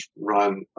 run